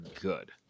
good